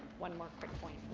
one more quick point.